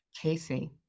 Casey